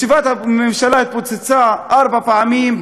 ישיבת הממשלה התפוצצה ארבע פעמים,